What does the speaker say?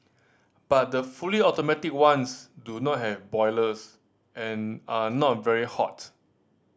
but the fully automatic ones do not have boilers and are not very hot